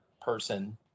person